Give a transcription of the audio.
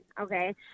okay